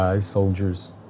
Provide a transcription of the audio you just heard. soldiers